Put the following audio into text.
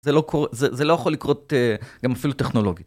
זה לא יכול לקרות גם אפילו טכנולוגית.